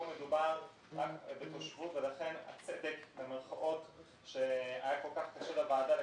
פה מדובר רק בתושבות ולכן "הצדק" שהיה כל כך קשה לוועדה לקבל,